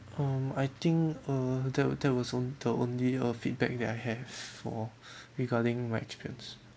um I think err that that was on~ the only uh feedback that I have for regarding my chickens